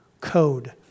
code